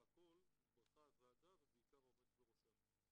ובהכול נתברכה הוועדה ובעיקר העומדת בראשה.